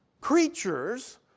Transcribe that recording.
creatures